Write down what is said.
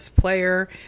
player